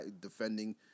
defending